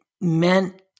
meant